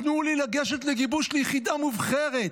תנו לי לגשת לגיבוש ליחידה מובחרת.